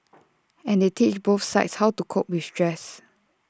and they teach both sides how to cope with stress